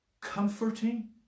comforting